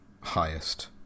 highest